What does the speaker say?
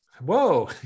whoa